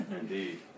Indeed